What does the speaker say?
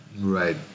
Right